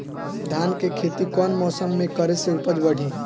धान के खेती कौन मौसम में करे से उपज बढ़ी?